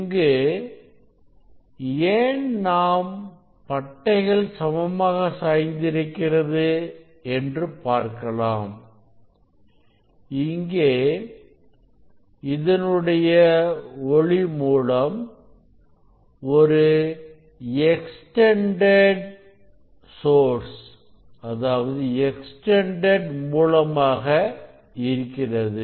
இங்கு ஏன் நாம் பட்டைகள் சமமாக சாய்ந்திருக்கிறது என்று பார்க்கலாம் இங்கே இதனுடைய ஒளி மூலம் ஒரு எக்ஸ்டெண்டெட் மூலமாக இருக்கிறது